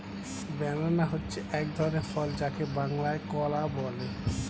banana হচ্ছে এক ধরনের ফল যাকে বাংলায় কলা বলে